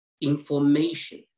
Information